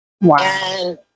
Wow